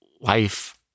life